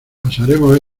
pasaremos